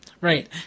Right